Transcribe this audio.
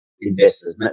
investors